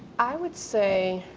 i would say